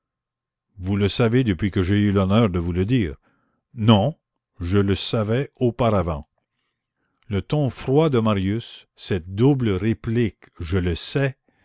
vous le savez depuis que j'ai eu l'honneur de vous le dire non je le savais auparavant le ton froid de marius cette double réplique je le sais